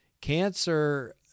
Cancer